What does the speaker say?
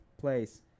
place